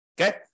Okay